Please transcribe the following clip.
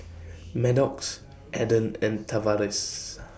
Maddox Adan and Tavares